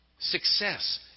Success